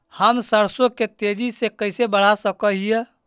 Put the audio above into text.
हम सरसों के तेजी से कैसे बढ़ा सक हिय?